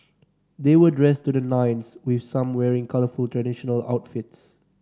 they were dressed to the nines with some wearing colourful traditional outfits